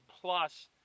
plus